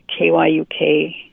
KYUK